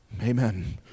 Amen